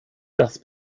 das